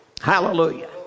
Hallelujah